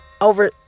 over